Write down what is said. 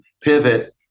pivot